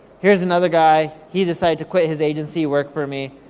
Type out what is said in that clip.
here's another guy, he' decided to quit his agency, work for me.